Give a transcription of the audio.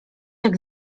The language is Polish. jak